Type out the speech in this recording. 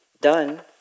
done